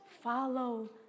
follow